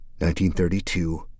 1932